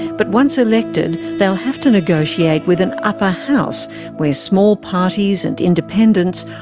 but once elected they will have to negotiate with an upper house where small parties and independents,